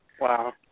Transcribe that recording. Wow